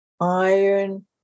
iron